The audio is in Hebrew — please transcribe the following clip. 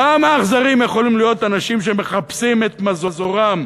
כמה אכזריים יכולים להיות אנשים שמחפשים את מזורם,